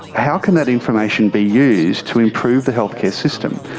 how can that information be used to improve the healthcare system?